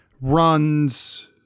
runs